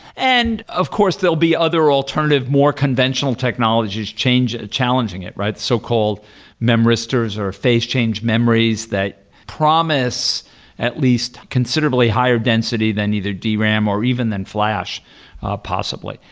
and of course, there'll be other alternative more conventional technologies challenging it, right? so-called memristors, or phase change memories that promise at least considerably higher density than either dram, or even than flash possibly.